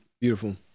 beautiful